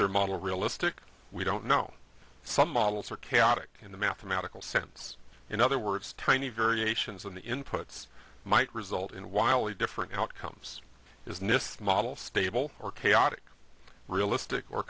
their model realistic we don't know some models are chaotic in the mathematical sense in other words tiny variations on the inputs might result in wildly different outcomes is nist model stable or chaotic realistic or